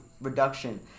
reduction